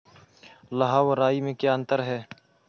लाह व राई में क्या अंतर है?